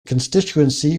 constituency